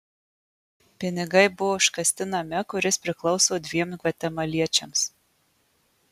pinigai buvo užkasti name kuris priklauso dviem gvatemaliečiams